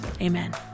amen